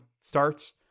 starts